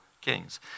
kings